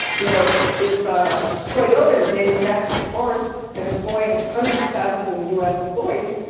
you know if if ah toyota is manufacturing cars and employing hundreds of thousands of us employees,